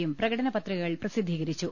യും പ്രകടന പത്രികകൾ പ്രസിദ്ധീകരിച്ചു